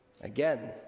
Again